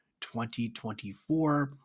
2024